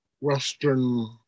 Western